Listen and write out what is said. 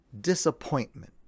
disappointment